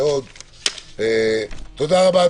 תודה רבה.